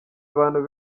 abantu